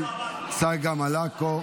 אני